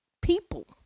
people